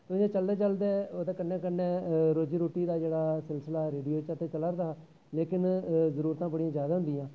इयां चलदे चलदे ओह्दे कन्नै कन्नै रोजी रूट्टी दा जेह्ड़ा सिलसिला रेडियो चा ते चला रदा हा लेकिन जरूरतां बड़ियां ज्यादा होंदियां